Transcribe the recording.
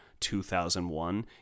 2001